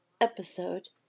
episode